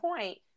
point